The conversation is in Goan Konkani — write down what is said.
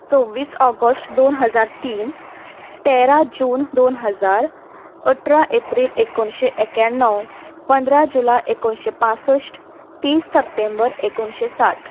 सव्वीस ऑगस्ट दोन हजार तीन तेरा जून दोन हजार अठरा एप्रील एकोणशें एक्याण्णव पंदरा जुलय एकोणशें पासश्ट तीस सप्टेंबर एकोणशें साठ